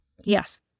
yes